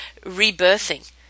rebirthing